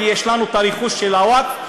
כי יש לנו את הרכוש של הווקף,